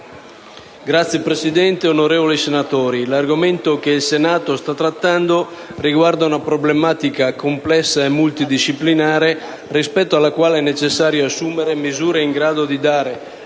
Signor Presidente, onorevoli senatori, l'argomento che il Senato sta trattando riguarda una problematica complessa e multidisciplinare rispetto alla quale è necessario assumere misure in grado di dare